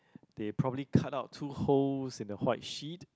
they probably cut out two holes in the white sheet